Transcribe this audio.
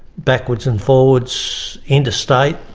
backwards and forwards, interstate,